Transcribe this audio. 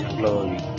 glory